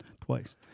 Twice